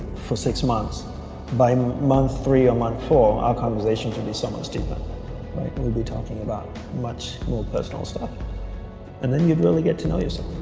for six months by month three or month for our conversation to be so much deeper we'll be talking about much personal stuff and then you'd really get to know yourself